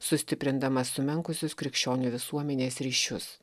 sustiprindamas sumenkusius krikščionių visuomenės ryšius